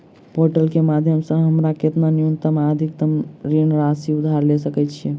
Portal केँ माध्यम सऽ हमरा केतना न्यूनतम आ अधिकतम ऋण राशि उधार ले सकै छीयै?